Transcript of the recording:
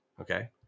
Okay